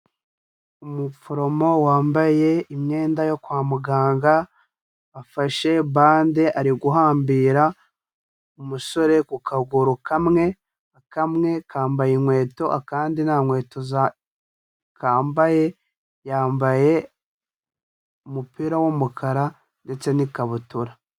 Umuforomo wambaye imyenda yo kwa muganga, afashe bande ari guhambira umusore ku kaguru kamwe, kamwe kambaye inkweto akandi nta nkweto zako kambaye, yambaye umupira w'umukara ndetse n'ikabutura.